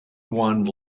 one